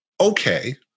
Okay